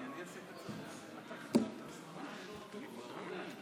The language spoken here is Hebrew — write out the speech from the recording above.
שלוש דקות לרשותך, אדוני.